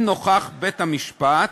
אם נוכח בית-המשפט